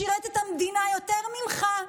שירת את המדינה יותר ממך,